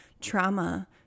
trauma